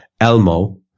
Elmo